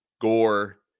gore